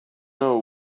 know